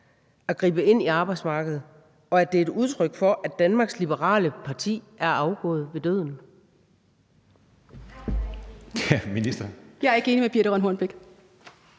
at gribe ind i arbejdsmarkedet, og at det er et udtryk for, at Danmarks Liberale Parti er afgået ved døden?